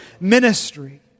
ministry